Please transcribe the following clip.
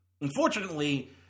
Unfortunately